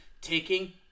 taking